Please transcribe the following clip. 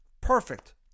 Perfect